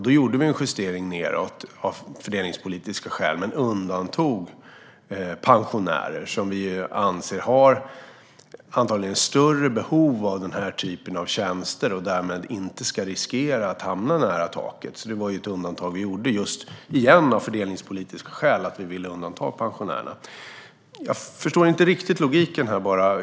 Då gjorde vi en justering nedåt av fördelningspolitiska skäl men undantog pensionärer, som vi anser har större behov av den här typen av tjänster och därmed inte ska riskera att hamna nära taket. Också undantaget för pensionärer gjordes alltså av fördelningspolitiska skäl. Jag förstår inte riktigt logiken här bara.